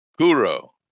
Kuro